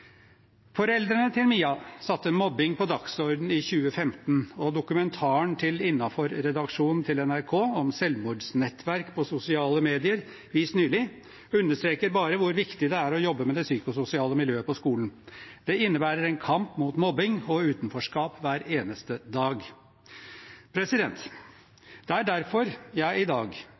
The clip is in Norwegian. Foreldrene til Mia satte mobbing på dagsordenen i 2015, og dokumentaren til Innafor-redaksjonen til NRK om selvmordsnettverk på sosiale medier, vist nylig, understreker bare hvor viktig det er å jobbe med det psykososiale miljøet på skolen. Det innebærer en kamp mot mobbing og utenforskap hver eneste dag. Det er derfor jeg i dag